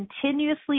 continuously